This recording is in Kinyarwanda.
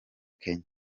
kenya